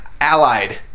Allied